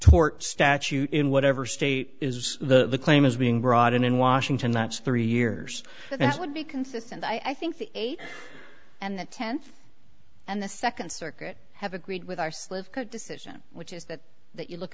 tort statute in whatever state is the claim is being brought in in washington that's three years that would be consistent i think the eight and the tenth and the second circuit have agreed with our slivka decision which is that that you look